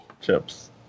Chips